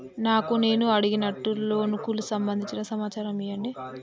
నాకు నేను అడిగినట్టుగా లోనుకు సంబందించిన సమాచారం ఇయ్యండి?